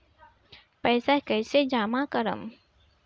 पैसा कईसे जामा करम?